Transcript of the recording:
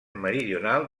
meridional